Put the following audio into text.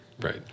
Right